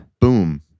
boom